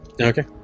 Okay